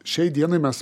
šiai dienai mes